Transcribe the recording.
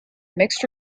mixed